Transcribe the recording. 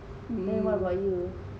then what about you